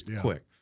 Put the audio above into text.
quick